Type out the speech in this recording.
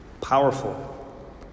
powerful